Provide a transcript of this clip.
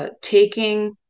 taking